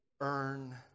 Earn